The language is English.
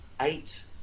eight